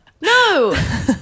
No